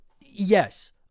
yes